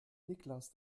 niklas